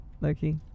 Loki